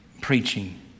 preaching